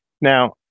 Now